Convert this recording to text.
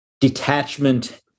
detachment